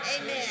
Amen